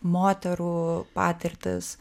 moterų patirtis